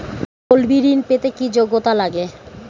তলবি ঋন পেতে কি যোগ্যতা লাগে?